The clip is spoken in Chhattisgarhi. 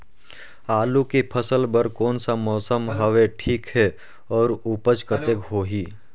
आलू के फसल बर कोन सा मौसम हवे ठीक हे अउर ऊपज कतेक होही?